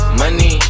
money